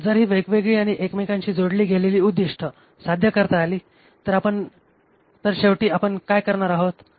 तर जर ही वेगवेगळे आणि एकमेकांशी जोडले गेलेली उद्दिष्टे साध्य करता आली तर शेवटी आपण काय करणार आहोत